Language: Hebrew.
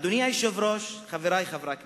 אדוני היושב-ראש, חברי חברי הכנסת,